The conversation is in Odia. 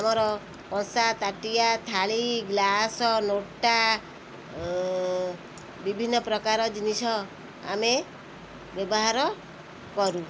ଆମର କଂସା ତାଟିଆ ଥାଳି ଗ୍ଲାସ ନୋଟା ବିଭିନ୍ନ ପ୍ରକାର ଜିନିଷ ଆମେ ବ୍ୟବହାର କରୁ